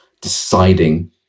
Deciding